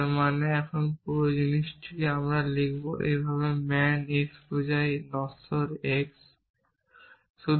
যার মানে আমি এখন এই পুরো জিনিসটি আবার লিখব এইভাবে যে man x বোঝায় নশ্বর x